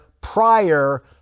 prior